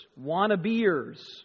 wannabeers